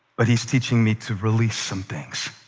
but he's teaching me to release some things.